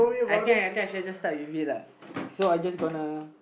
I think I think I'm just gonna start with it ah so I'm just gonna